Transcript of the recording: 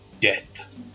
Death